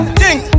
ding